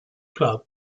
club